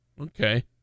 Okay